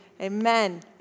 amen